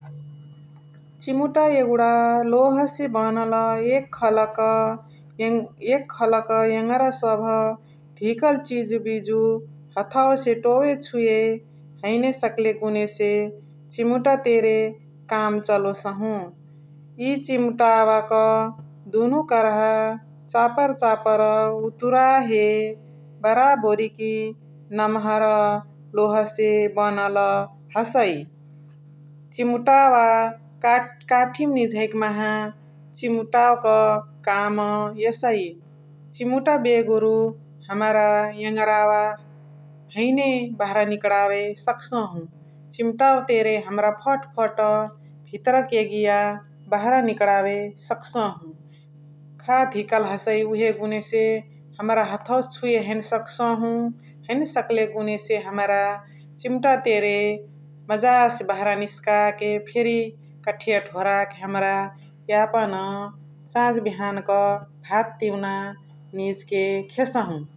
चिमुता एगुणा लोहसे बनल एक खलक एक खलक एङरा सबह धिअक चिजु बिजु हथवसे टोवे छुवे हैने सकले गुनेसे चिमुटा तेने काम चलोसहु । इ चिमुटावक चापर चापर दुनु कर्हा उतुराहे बराबोरिकी नमहर लोहसे बनल हसइ । चिमुटा का काठिमा निझकी माहा चिमुटावक काम एसइ । चिमुटा बेगुरु हमरा एङरावा हैने बहरा निकणावे सकसाहु । चिमुटावा तेने हमरा फट फट भितरक एगिया बहरा निकणावे सकसाहु । खा धिकल हसइ उहे गुनेसे हठवसे छुए हैने सकसाहु । हैने सकले गुनेसे हमरा चिमुटा तेरे मजासे बहरा निसकाके फेरी कठिया ढोराके हमरा यापन साझ बिहानक भात तिउना निझके खेसहु ।